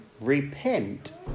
Repent